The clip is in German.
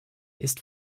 ist